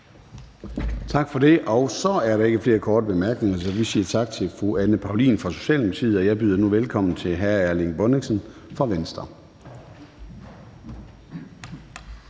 Tak for det, og så er der ikke flere korte bemærkninger. Så vi siger tak til fru Anne Paulin fra Socialdemokratiet, og jeg byder nu velkommen til hr. Erling Bonnesen fra Venstre.